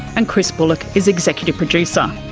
and chris bullock is executive producer.